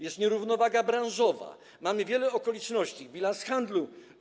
Jest nierównowaga branżowa, mamy wiele okoliczności, bilans handlu.